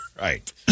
Right